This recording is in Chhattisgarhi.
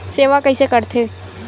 सेवा कइसे करथे?